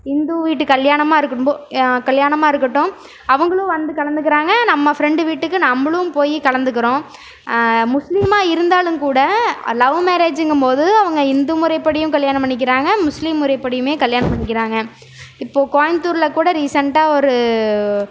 இந்து வீட்டு கல்யாணமாக இருக்கட்டும் கல்யாணமாக இருக்கட்டும் அவர்களும் வந்து கலந்துக்கிறாங்க நம்ம ஃப்ரெண்டு வீட்டுக்கு நம்மளும் போய் கலந்துக்கிறோம் முஸ்லீமாக இருந்தாலும் கூட லவ் மேரேஜுங்கும்போது அவங்க இந்து முறைப்படியும் கல்யாணம் பண்ணிக்கிறாங்க முஸ்லீம் முறைப்படியுமே கல்யாணம் பண்ணிக்கிறாங்க இப்போது கோயம்புத்துரில் கூட ரீசெண்ட்டாக ஒரு